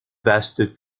vaste